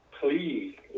Please